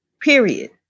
period